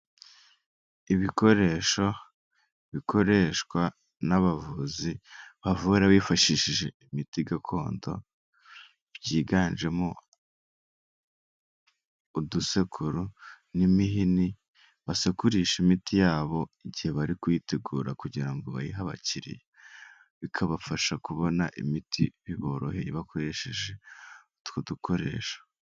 Ibikoresho bikoreshwa n'abavuzi bavura bifashishije imiti gakondo, byiganjemo udusekuro n'imihini basekurisha imiti yabo, igihe bari kuyitegura kugira ngo bayihe abakiriya, bikabafasha kubona imiti biboroheye bakoresheje utwo dukoresho.